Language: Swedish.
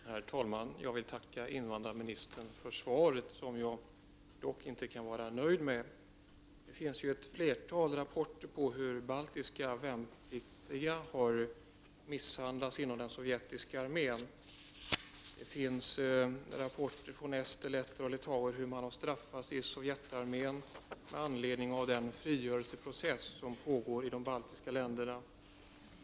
Herr talman! Jag vill tacka invandrarministern för svaret, som jag dock inte kan vara nöjd med. Det finns ett flertal rapporter om hur baltiska värnpliktiga har misshandlats inom den sovjetiska armén. Det finns rapporter från Estland, Lettland och Litauen på hur man har straffats i Sovjetarmén med anledning av den frigörelseprocess som pågår i de baltiska länderna.